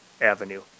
avenue